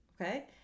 okay